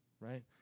right